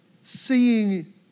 Seeing